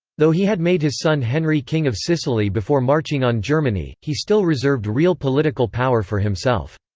though he had made his son henry king of sicily before marching on germany, he still reserved real political power for himself.